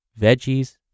veggies